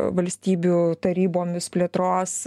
valstybių tarybomis plėtros